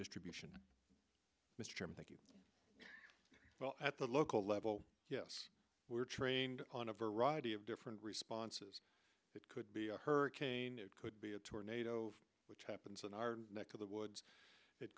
distribution mr chairman thank you well at the local level yes we're trained on a variety of different responses it could be a hurricane it could be a tornado which happens in our neck of the woods